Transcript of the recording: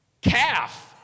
calf